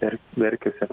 ir merkiuose